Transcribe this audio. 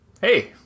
Hey